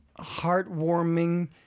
heartwarming